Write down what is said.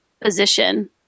position